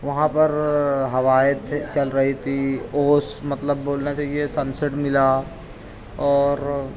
وہاں پر ہوائیں چل رہی تھیں اوس مطلب بولنا چاہیے سنسیٹ ملا اور